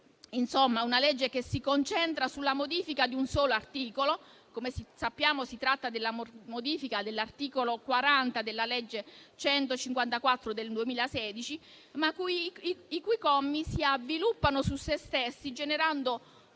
disegno di legge che si concentra sulla modifica di un solo articolo: come sappiamo, si tratta della modifica dell'articolo 40 della legge n. 154 del 2016, ma i cui commi si avviluppano su se stessi generando